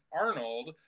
Arnold